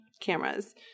cameras